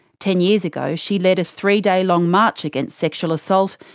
ten years ago she led a three-day long march against sexual assault,